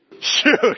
shoot